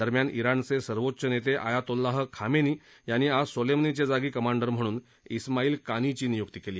दरम्यान इराणचे सर्वोच्च नेते आयातोल्लाह खामेनी यांनी आज सोलेमनीच्या जागी कमांडर म्हणून इस्माईल कानीची नियुक्ती केली